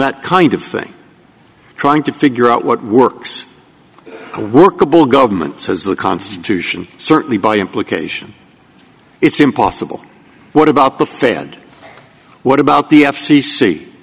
that kind of thing trying to figure out what works a workable government says the constitution certainly by implication it's impossible what about the failed what about the f